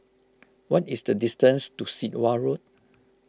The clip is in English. what is the distance to Sit Wah Road